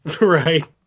right